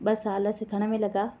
ॿ साल सिखण में लॻा